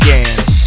Dance